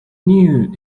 knew